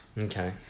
Okay